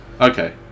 Okay